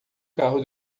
carro